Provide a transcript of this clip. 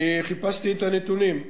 אני חיפשתי את הנתונים,